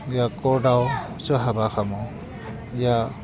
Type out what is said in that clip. बेयाव कर्टआवसो हाबा खालामो बेयो